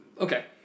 Okay